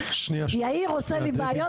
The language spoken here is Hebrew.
יאיר עושה לי בעיות,